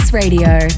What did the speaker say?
Radio